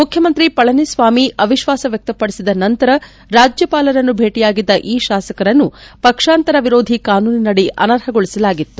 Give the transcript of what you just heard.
ಮುಖ್ಯಮಂತ್ರಿ ಪಳನಿಸ್ವಾಮಿ ಅವಿಶ್ವಾಸ ವ್ಯಕ್ತಪಡಿಸಿದ ನಂತರ ರಾಜ್ಯಪಾಲರನ್ನು ಭೇಟಿಯಾಗಿದ್ದ ಈ ಶಾಸಕರನ್ನು ಪಕ್ಷಾಂತರ ವಿರೋಧಿ ಕಾನೂನಿನದಿ ಅನರ್ಹಗೊಳಿಸಲಾಗಿತ್ತು